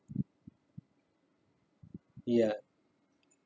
ya